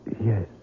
Yes